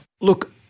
Look